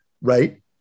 right